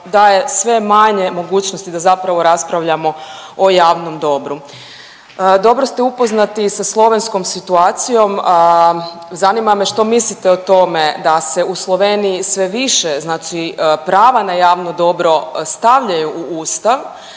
daje sve manje mogućnosti da zapravo raspravljamo o javnom dobru. Dobro ste upoznati sa slovenskom situacijom, zanima me što mislite o tome da se u Sloveniji sve više znači prava na javno dobro stavljaju u ustav,